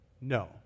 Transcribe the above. no